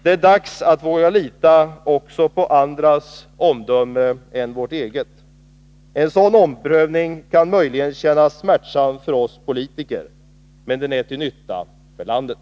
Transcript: Det är dags att våga lita också på andras omdöme än vårt eget. En sådan omprövning kan möjligen kännas smärtsam för oss politiker, men den är till nytta för landet.